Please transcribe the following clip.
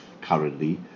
currently